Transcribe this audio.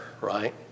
right